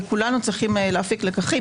וכולנו צריכים להפיק לקחים,